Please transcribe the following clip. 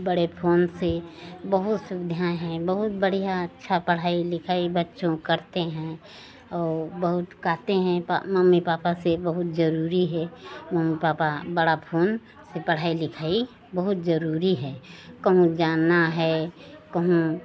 बड़े फोन से बहुत सुविधाएँ हैं बहुत बढ़िया अच्छा पढ़ाई लिखाई बच्चे करते हैं और बहुत कहते हैं पा मम्मी पापा से बहुत ज़रूरी है मम्मी पापा बड़ा फोन की पढ़ाई लिखाई बहुत ज़रूरी है कहीं जाना है कहीं